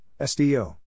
SDO